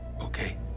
Okay